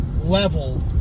level